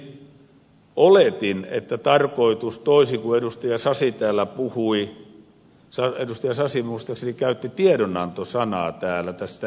ensinnäkin oletin että tarkoitus toisin kuin edustaja sasi täällä puhui hän muistaakseni käytti tiedonanto sanaa täällä tästä ristiriitatilanteesta